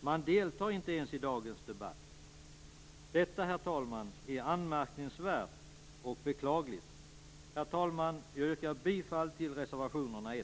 De deltar inte ens i dagens debatt. Detta, herr talman, är anmärkningsvärt och beklagligt. Herr talman! Jag yrkar bifall till reservationerna 1